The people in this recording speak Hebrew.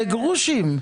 זה גרושים.